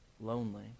lonely